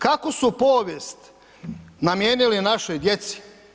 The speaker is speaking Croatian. Kakvu su povijest namijenili našoj djeci?